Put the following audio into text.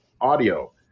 audio